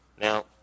Now